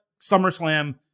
SummerSlam